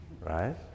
right